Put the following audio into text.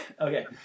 okay